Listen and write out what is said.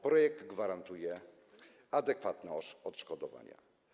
Projekt gwarantuje adekwatne odszkodowania.